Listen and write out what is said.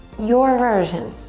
your version.